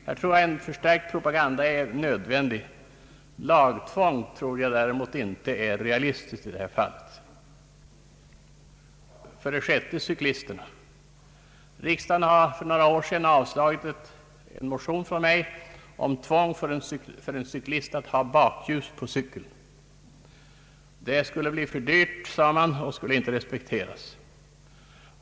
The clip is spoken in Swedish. Jag tror att en förstärkt propaganda i detta avseende är nödvändig. Lagtvång tror jag däremot inte är realistiskt i detta fall. 6. Cyklisterna. Riksdagen avslog för några år sedan en motion från mig om tvång för en cyklist att ha bakljus på cykeln. Det skulle bli för dyrt, sade man, och skulle inte respekteras.